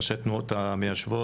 ראשי התנועות המיישבות.